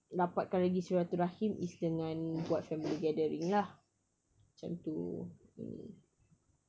rapatkan lagi silaturahim is dengan buat family gathering lah macam tu mm